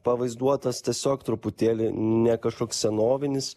pavaizduotas tiesiog truputėlį ne kažkoks senovinis